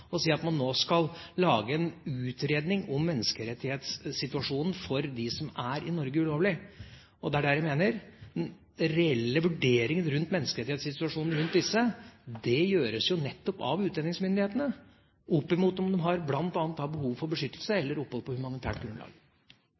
å si at man nå skal lage en utredning om menneskerettighetssituasjonen for de som er i Norge ulovlig. Det er her jeg mener at den reelle vurderingen rundt menneskerettighetssituasjonen til disse gjøres nettopp av utlendingsmyndighetene opp mot om de har behov for beskyttelse eller opphold på humanitært grunnlag.